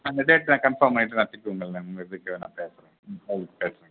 அந்த டேட் நான் கன்ஃபார்ம் பண்ணிவிட்டு திருப்பியும் உங்களை நான் இதுக்கு நான் பேசுகிறேன்